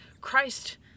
Christ